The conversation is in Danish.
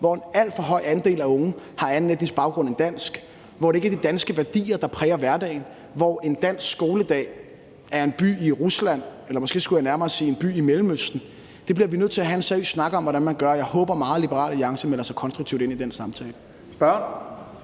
hvor en alt for høj andel af de unge har anden etnisk baggrund end dansk, hvor det ikke er de danske værdier, der præger hverdagen, og hvor en dansk skoledag er en by i Rusland, eller måske skulle jeg nærmere sige en by i Mellemøsten. Det bliver vi nødt til at have en seriøs snak om hvordan man gør, og jeg håber meget, Liberal Alliance melder sig konstruktivt ind i den samtale.